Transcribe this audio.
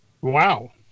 wow